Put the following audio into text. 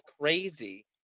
crazy